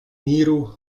míru